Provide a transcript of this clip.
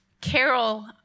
Carol